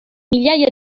migliaia